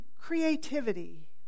creativity